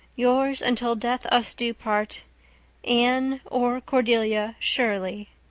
yours until death us do part anne or cordelia shirley.